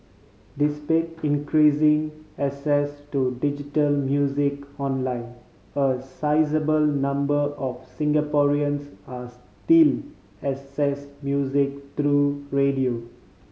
increasing access to digital music online a sizeable number of Singaporeans are still access music through radio